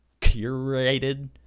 curated